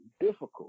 difficult